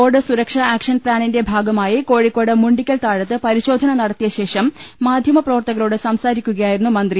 road സുരക്ഷാ action പ്ലാനിന്റെ കോഴിക്കോട് മുണ്ടിക്കൽതാഴത്ത് പരിശോധന നടത്തിയ ശേഷം മാധ്യമ പ്രവർത്തകരോട് സംസാരിക്കുകയായിരുന്നു മന്ത്രി